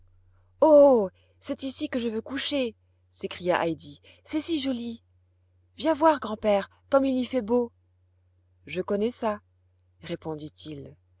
oh c'est ici que je veux coucher s'écria heidi c'est si joli viens voir grand-père comme il y fait beau je connais ça